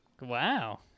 Wow